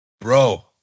bro